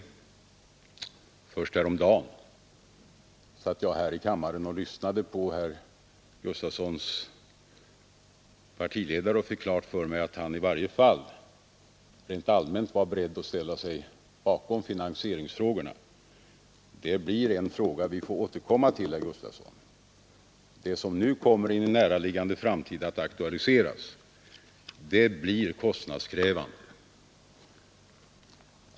Det var först häromdagen när jag satt i kammaren och lyssnade på herr Gustavssons partiledare som jag fick klart för mig att han i varje fall rent allmänt var beredd att ställa sig bakom finansieringen av reformen. Det blir en viktig fråga som vi får återkomma till, herr Gustavsson.